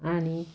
आणि